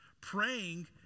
Praying